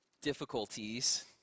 difficulties